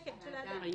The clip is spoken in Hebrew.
כן, של האדם.